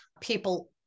People